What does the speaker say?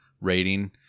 rating